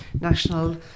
National